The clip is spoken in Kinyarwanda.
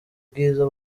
bwiza